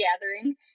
gathering